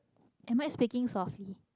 am I\i speaking softly